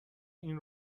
این